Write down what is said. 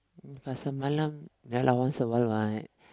pasar-Malam ya lah once a while what